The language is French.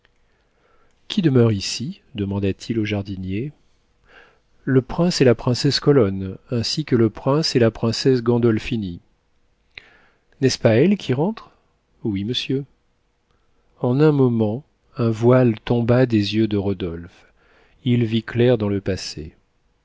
qui demeure ici demanda-t-il au jardinier le prince et la princesse colonne ainsi que le prince et la princesse gandolphini n'est-ce pas elles qui rentrent oui monsieur en un moment un voile tomba des yeux de rodolphe il vit clair dans le passé